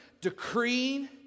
decreeing